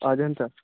Ajanta